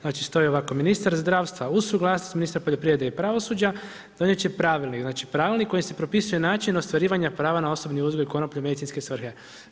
Znači stoji ovako, ministar zdravstva uz suglasnost ministra poljoprivrede i pravosuđa donijet će pravilnik, znači pravilnik kojim se propisuje način ostvarivanja prava na osobni uzgoj konoplje u medicinske svrhe.